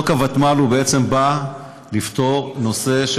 חוק הוותמ"ל בעצם נועד לפתור נושא,